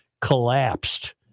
collapsed